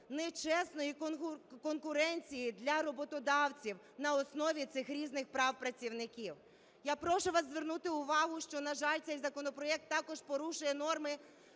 нечесної конкуренції для роботодавців на основі цих різних прав працівників. Я прошу вас звернути увагу, що, на жаль, цей законопроект також порушує норми